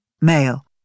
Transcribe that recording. Male